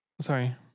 Sorry